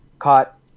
caught